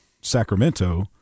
Sacramento